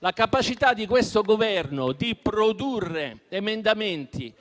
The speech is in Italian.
La capacità di questo Governo di produrre emendamenti